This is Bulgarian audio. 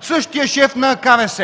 същия шеф на КРС!